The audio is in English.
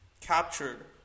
captured